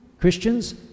Christians